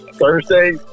Thursday